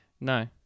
No